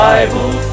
Bible